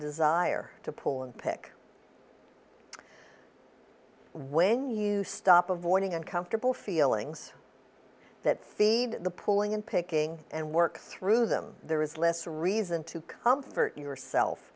desire to pull and pick when you stop avoiding uncomfortable feelings that feed the pulling in picking and work through them there is less reason to comfort yourself